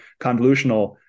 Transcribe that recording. convolutional